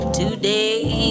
today